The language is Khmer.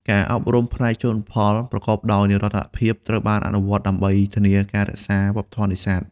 ការអប់រំ ផ្នែកជលផលប្រកបដោយនិរន្តរភាពត្រូវបានអនុវត្តដើម្បីធានាការរក្សាវប្បធម៌នេសាទ។